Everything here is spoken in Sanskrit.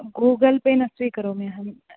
गूगल् पे न स्वीकरोमि अहम्